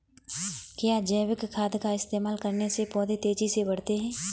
क्या जैविक खाद का इस्तेमाल करने से पौधे तेजी से बढ़ते हैं?